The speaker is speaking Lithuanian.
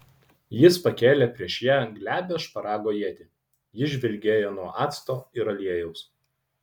jis pakėlė prieš ją glebią šparago ietį ji žvilgėjo nuo acto ir aliejaus